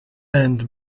and